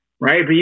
Right